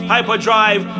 Hyperdrive